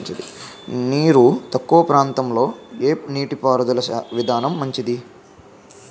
నీరు తక్కువ ప్రాంతంలో ఏ నీటిపారుదల విధానం మంచిది?